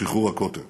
בשחרור הכותל